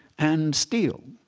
and steel.